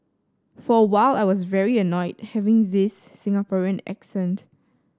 for a while I was very annoyed having this Singaporean accent